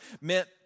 meant